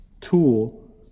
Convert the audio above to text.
tool